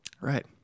Right